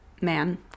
man